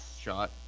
Shot